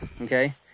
Okay